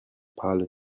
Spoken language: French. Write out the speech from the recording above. parle